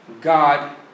God